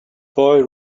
boy